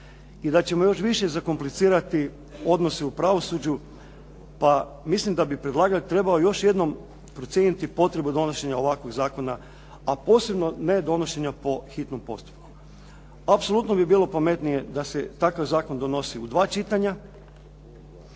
i da ćemo još više zakomplicirati odnose u pravosuđu. Pa mislim da bi predlagač trebao još jednom procijeniti potrebu donošenja ovakvog zakona, a posebno ne donošenja po hitnom postupku. Apsolutno bi bilo pametnije da se takav zakon donosi u dva čitanja,